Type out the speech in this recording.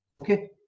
Okay